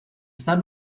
sabe